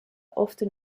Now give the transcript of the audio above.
often